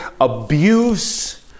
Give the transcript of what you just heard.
abuse